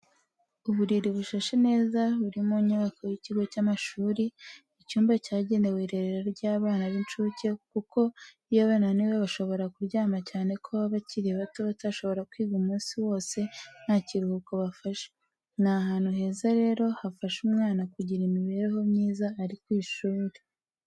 Uburiri bushashe neza buri mu nyubako y'ikigo cy'amashuri, icyumba cyagenewe irerero ry'abana b'incuke kuko iyo bananiwe bashobora kuryama cyane ko baba bakiri bato batashobora kwiga umunsi wose nta kiruhuko bafashe, ni ahantu heza rero hafasha umwana kugira imibereho myiza ari ku ishuri.